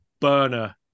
Burner